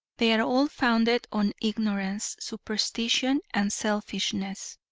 they are all founded on ignorance, superstition and selfishness.